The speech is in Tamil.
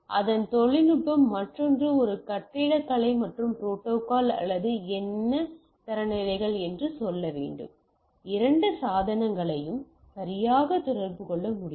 அதன் தொழில்நுட்பம் மற்றொன்று ஒரு கட்டிடக்கலை மற்றும் ப்ரோட்டோக்காள் அல்லது என்ன தரநிலைகள் என்று சொல்ல வேண்டும் இரண்டு சாதனங்களும் சரியாக தொடர்பு கொள்ள முடியும்